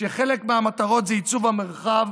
שחלק מהמטרות זה עיצוב המרחב